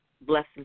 blessing